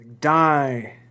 die